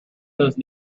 those